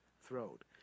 throat